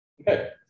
Okay